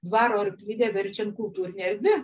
dvaro arklidę verčiant kultūrine erdve